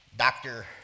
doctor